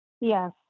Yes